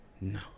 No